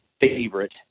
favorite